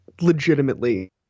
legitimately